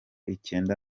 icyenda